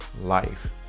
life